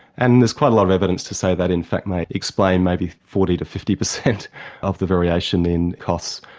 and there's quite a lot of evidence to say that in fact may explain maybe forty percent to fifty percent of the variation in costs.